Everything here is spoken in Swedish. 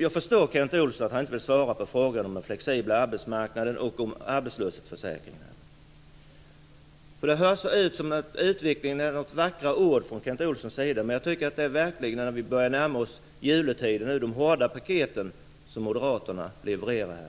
Jag förstår om Kent Olsson inte vill svara på frågan om den flexibla arbetsmarknaden och om arbetslöshetsförsäkringen. Det verkar som om utvecklingen är vackra ord från Kent Olssons sida. Men när vi nu börjar närma oss juletid tycker jag att det verkligen är de hårda paketen som moderaterna levererar här.